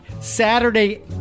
Saturday